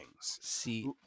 See